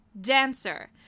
dancer